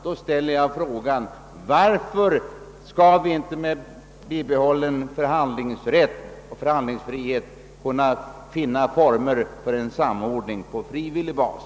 Jag ställer då frågan: Varför skall inte vi med bibehållen förhandlingsrätt och förhandlingsfrihet kunna finna former för en samordning på frivillig väg?